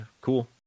Cool